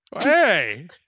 Hey